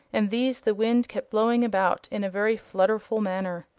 and these the wind kept blowing about in a very flutterful manner.